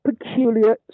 peculiar